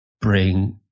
bring